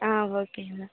ஆ ஓகேங்க